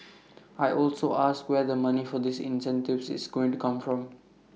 I also asked where the money for these incentives is going to come from